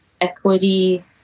equity